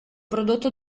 prodotto